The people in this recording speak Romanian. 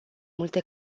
multe